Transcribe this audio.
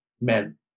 men